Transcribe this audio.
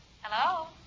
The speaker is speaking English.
Hello